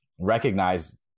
recognize